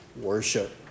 worship